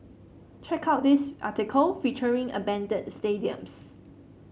check out this article featuring abandoned stadiums